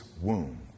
womb